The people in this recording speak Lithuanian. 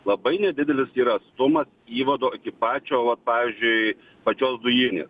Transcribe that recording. labai nedidelis yra atstumas įvado iki pačio vat pavyzdžiui pačios dujinės